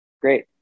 Great